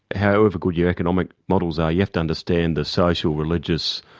however good your economic models are, you have to understand the social, religious,